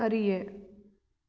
அறிய